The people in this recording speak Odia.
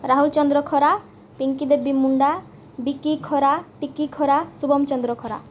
ରାହୁଲ ଚନ୍ଦ୍ର ଖରା ପିଙ୍କି ଦେବୀ ମୁଣ୍ଡା ବିକି ଖରା ଟିକି ଖରା ଶୁଭମ ଚନ୍ଦ୍ର ଖରା